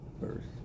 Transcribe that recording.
first